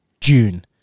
June